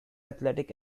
athletic